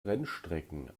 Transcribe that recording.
rennstrecken